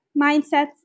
mindsets